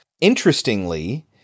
Interestingly